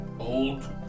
old